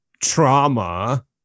trauma